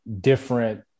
different